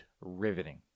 riveting